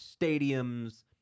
stadiums